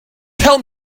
tell